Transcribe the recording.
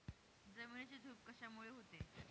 जमिनीची धूप कशामुळे होते?